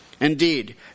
Indeed